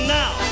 now